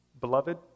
Beloved